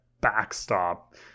backstop